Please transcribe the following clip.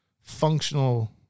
functional